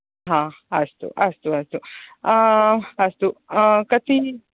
आम् अस्तु अस्तु अस्तु अस्तु कति